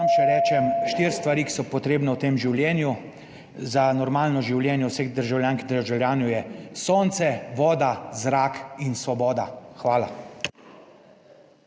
samo še rečem, štiri stvari, ki so potrebne v tem življenju za normalno življenje vseh državljank in državljanov je sonce, voda, zrak in svoboda. Hvala.